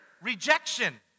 rejection